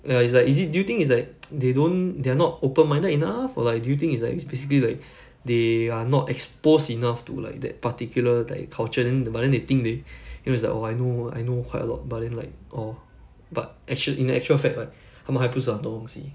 ya it's like is it do you think it's like they don't they're not open minded enough or like do you think it's like it's basically like they are not exposed enough to like that particular like culture then th~ but then they think they you know it's like orh I know I know quite a lot but then like or but actuall~ in actual fact like 他们还不试很多东西